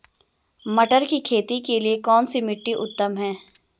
मटर की खेती के लिए कौन सी मिट्टी उत्तम है?